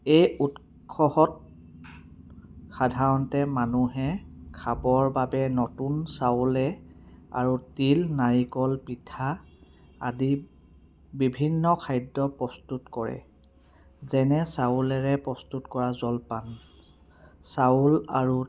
এই উৎসৱত সাধাৰণতে মানুহে খাবৰ বাবে নতুন চাউলে আৰু তিল নাৰিকল পিঠা আদি বিভিন্ন খাদ্য প্ৰস্তুত কৰে যেনে চাউলেৰে প্ৰস্তুত কৰা জলপান চাউল আৰু